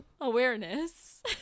awareness